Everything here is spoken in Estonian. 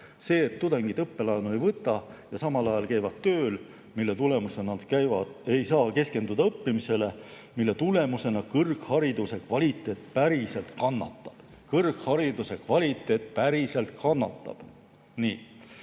See, et tudengid õppelaenu ei võta ja samal ajal käivad tööl – selle tulemusena nad ei saa keskenduda õppimisele, mille tulemusena kõrghariduse kvaliteet päriselt kannatab." Kõrghariduse kvaliteet päriselt kannatab! Seni